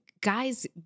guys